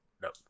Nope